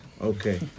Okay